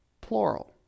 plural